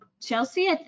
Chelsea